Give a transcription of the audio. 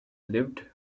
lived